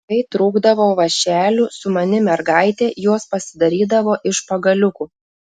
kai trūkdavo vąšelių sumani mergaitė juos pasidarydavo iš pagaliukų